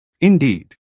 Indeed